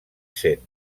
sent